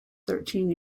thirteen